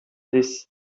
this